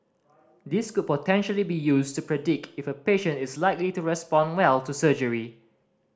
this could potentially be used to predict if a patient is likely to respond well to surgery